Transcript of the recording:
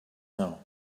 know